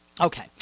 Okay